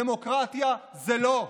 דמוקרטיה זה לא.